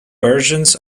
versions